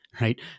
right